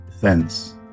thence